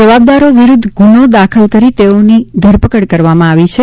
જવાબદારો વિરૂધ્ધ ગુન્હો દાખલ કરી તેઓની ધરપકડ કરવામાં આવી છે